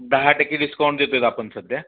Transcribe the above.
दहा टक्के डिस्काउंट देतात आपण सध्या